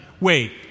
Wait